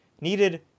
needed